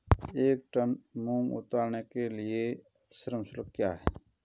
एक टन मूंग उतारने के लिए श्रम शुल्क क्या है?